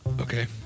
Okay